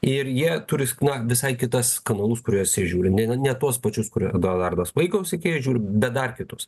ir jie turi na visai kitas kanalus kuriuos jie žiūri ne tuos pačius kur eduardo vaitkaus sekėjai bet dar kitus